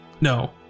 No